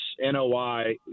NOI